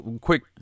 quick